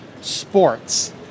sports